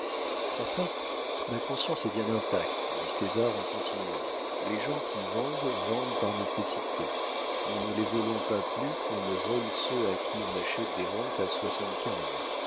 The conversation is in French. enfin ma conscience est bien intacte dit césar en continuant les gens qui vendent vendent par nécessité nous ne les volons pas plus qu'on ne vole ceux à qui on achète des rentes à